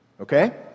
Okay